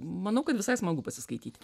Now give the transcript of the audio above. manau kad visai smagu pasiskaityti